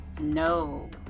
No